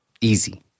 Easy